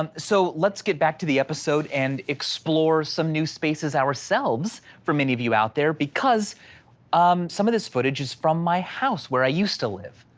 um so let's get back to the episode and explore some new spaces ourselves. for many of you out there because um some of this footage is from my house where i used to live.